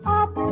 up